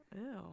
Ew